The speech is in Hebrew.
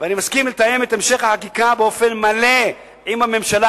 ואני מסכים לתאם את המשך החקיקה באופן מלא עם הממשלה,